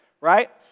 Right